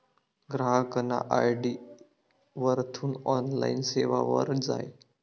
ग्राहकना आय.डी वरथून ऑनलाईन सेवावर जाय